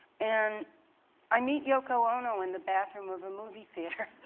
and i meet yoko ono in the bathroom of a movie theater.